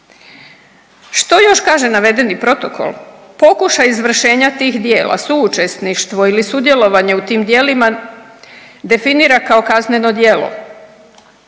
Što još kaže navedeni protokol? Pokušaj izvršenja tih djela suučesništvo ili sudjelovanje u tim djelima definira kao kazneno djelo.